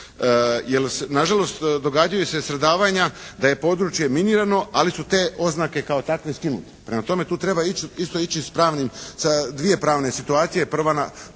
nažalost događaju se stradavanja da je područje minirano ali su te oznake kao takve skinute. Prema tome tu treba ići, isto ići s pravnim, s dvije pravne situacije. Prva